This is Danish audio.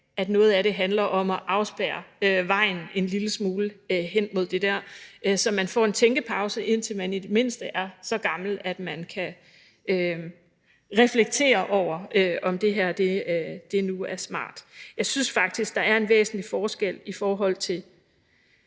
at noget af det handler om at afspærre vejen en lille smule hen mod det der, så man får en tænkepause, indtil man i det mindste er så gammel, at man kan reflektere over, om det her nu er smart. Jeg synes faktisk, der er en væsentlig forskel her – i